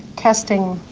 testing.